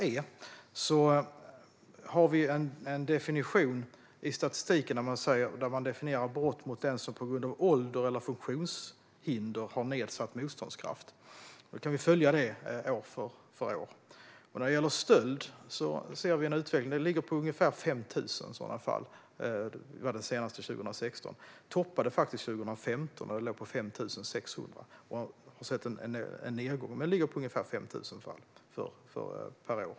Som en särskild grupp definieras i statistiken brott mot den som på grund av ålder eller funktionshinder har nedsatt motståndskraft. Detta kan vi följa år från år. När det gäller stöld skedde ungefär 5 000 sådana fall år 2016. Det blev faktiskt en topp 2015 då antalet låg på 5 600, men efter det blev det en nedgång. Annars ligger det på ungefär 5 000 fall per år.